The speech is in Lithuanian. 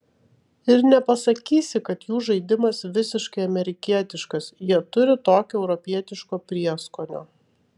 ir nepasakysi kad jų žaidimas visiškai amerikietiškas jie turi tokio europietiško prieskonio